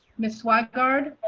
miss swag guard.